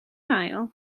ail